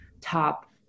top